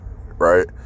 right